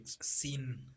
seen